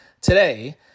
today